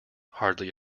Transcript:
hardly